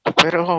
pero